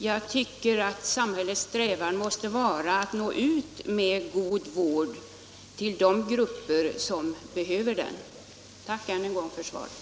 Jag tycker att samhällets strävan måste vara att nå ut med god vård till de grupper som behöver den. Tack än en gång för svaret!